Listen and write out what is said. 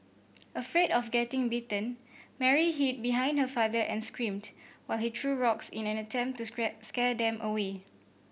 afraid of getting bitten Mary hid behind her father and screamed while he threw rocks in an attempt to scrap scare them away